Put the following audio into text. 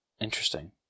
Interesting